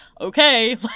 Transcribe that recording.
Okay